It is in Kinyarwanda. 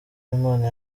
imana